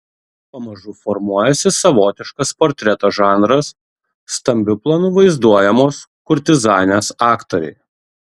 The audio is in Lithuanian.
pamažu formuojasi savotiškas portreto žanras stambiu planu vaizduojamos kurtizanės aktoriai